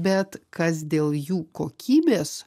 bet kas dėl jų kokybės